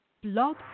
Blog